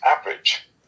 average